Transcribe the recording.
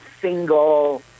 single